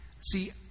See